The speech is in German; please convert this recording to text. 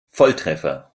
volltreffer